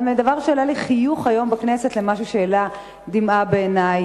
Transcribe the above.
אבל מדבר שהעלה לי חיוך היום בכנסת למשהו שהעלה דמעה בעיני.